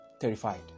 terrified